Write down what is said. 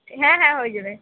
হ্যাঁ হ্যাঁ হয়ে যাবে